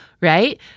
right